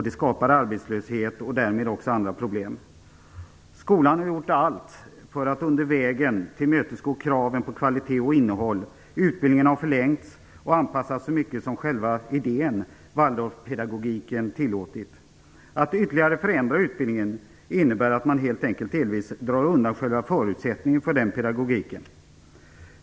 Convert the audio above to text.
Det skapar arbetslöshet och därmed också andra problem. Skolan har gjort allt för att under vägen tillmötesgå kraven på kvalitet och innehåll. Utbildningen har förlängts och anpassats så mycket som själva idén, Waldorfpedagogiken, tillåtit. Att ytterligare förändra utbildningen innebär delvis att man helt enkelt drar undan själva förutsättningarna för den pedagogiken.